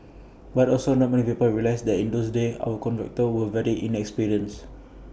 but also not many people realise that in those days our contractors were very inexperienced